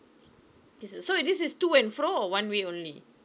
this is so this is to and fro or one way only